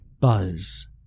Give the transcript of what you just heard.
buzz